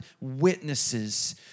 witnesses